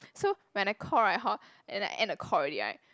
so when I call right hor and I end the call already right